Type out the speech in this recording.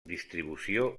distribució